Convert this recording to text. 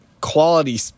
quality